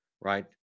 right